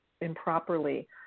improperly